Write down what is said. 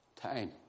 time